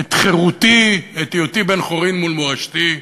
את חירותי, את היותי בן-חורין מול מורשתי,